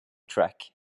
track